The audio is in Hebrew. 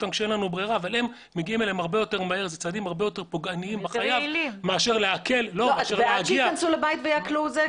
אין לנו שום בעיה שאת זה יעשו חברות הגבייה.